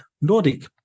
Nordic